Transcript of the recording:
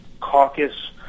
caucus